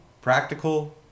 practical